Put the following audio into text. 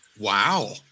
Wow